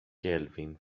kelvin